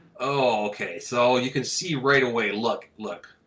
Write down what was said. okay so you can see right away, look, look.